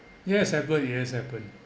yes happen yes happen